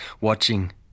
watching